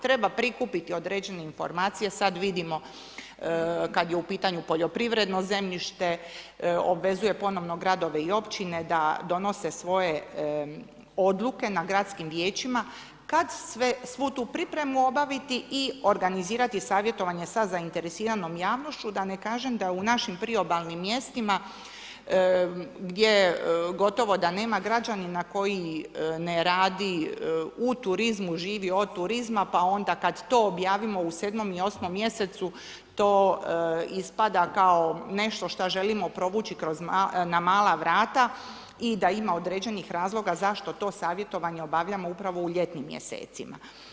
Treba prikupiti određene informacije, sada vidimo, kada je u pitanju poljoprivredno zemljište, obvezuje ponovno gradove i općine da donose svoje odluke na gradskim vijećima, kada svu tu pripremu obaviti i organizirati savjetovanje sa zainteresiranom javnošću, da ne kažem da je u našim priobalnim mjestima, gdje gotovo da nema građanina koji ne radi u turizmu, živi od turizma, pa onda kada to objavimo u 7. io 8. mj. to ispada kao nešto šta želimo provući na mala vrata i da ima određenih razloga zašto to savjetovanje obavljamo upravo u ljetnim mjesecima.